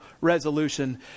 resolution